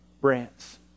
brands